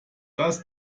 das